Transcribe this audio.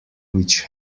which